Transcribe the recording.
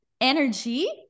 energy